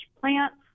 plants